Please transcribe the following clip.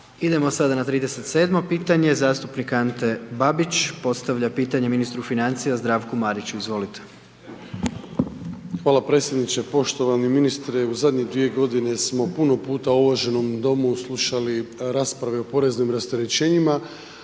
Idemo sada na 37.-mo pitanje, zastupnik Ante Babić postavlja pitanje ministru financija Zdravku Mariću, izvolite. **Babić, Ante (HDZ)** Hvala predsjedniče. Poštovani ministre, u zadnje dvije godine smo puno puta u uvaženom Domu slušali rasprave o poreznim rasterećenjima,